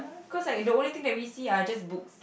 cause like the only thing that we see are just books